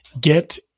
Get